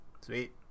Sweet